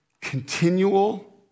continual